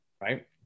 right